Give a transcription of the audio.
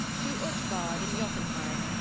to utgard in jotunheim,